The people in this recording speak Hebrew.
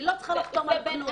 היא לא צריכה לחתום על כלום.